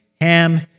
Ham